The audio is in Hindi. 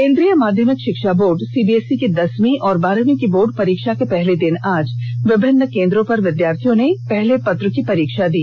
केन्द्रीय माध्यमिक शिक्षा बोर्ड सीबीएसई की दसवीं और बारहवीं की बोर्ड परीक्षा के पहले दिन आज विभिन्न केन्द्रों पर विद्यार्थियों ने पहले पत्र की परीक्षा दी